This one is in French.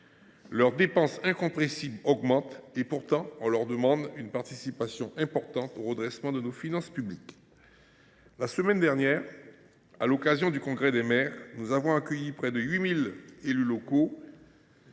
leurs dépenses incompressibles augmentent, on exige d’elles une participation importante au redressement de nos finances publiques. La semaine dernière, à l’occasion du congrès des maires, nous avons accueilli près de 8 000 élus locaux